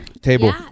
Table